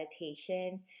meditation